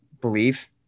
believe –